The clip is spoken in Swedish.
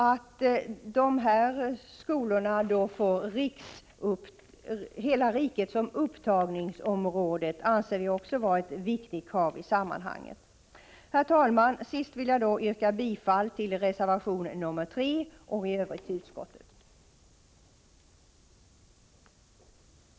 Att de här skolorna får hela riket som upptagningsområde anser jag också vara ett viktigt krav i sammanhanget. Herr talman! Sist vill jag yrka bifall till reservation 3 och i övrigt till utskottets hemställan.